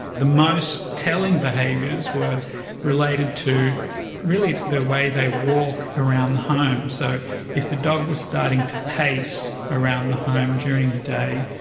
the most telling behaviours were related to really to the way they walk around the home. so if the dog was starting to pace around the home during the day,